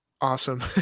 Awesome